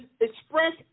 Express